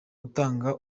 gutanga